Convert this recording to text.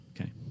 Okay